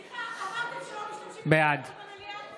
בעד סליחה, אמרתם שלא משתמשים בטלפון במליאה?